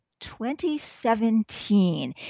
2017